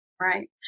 Right